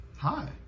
Hi